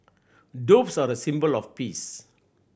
doves are a symbol of peace